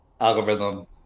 algorithm